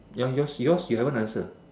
ya yours yours you haven't answer